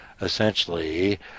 essentially